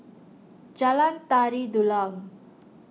Jalan Tari Dulang